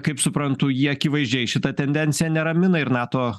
kaip suprantu jį akivaizdžiai šita tendencija neramina ir nato